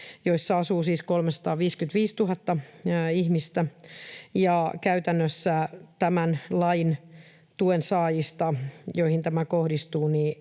joissa asuu siis 355 000 ihmistä, ja käytännössä tämän lain mukaan tuensaajista, joihin tämä kohdistuu,